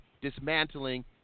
dismantling